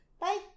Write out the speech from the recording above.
Bye